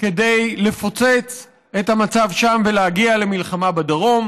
כדי לפוצץ את המצב שם ולהגיע למלחמה בדרום,